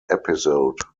episode